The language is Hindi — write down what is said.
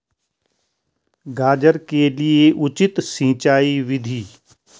गाजर के लिए उचित सिंचाई विधि?